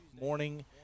morning